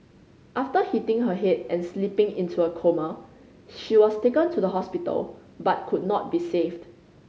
after hitting her head and slipping into a coma she was taken to the hospital but could not be saved